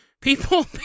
people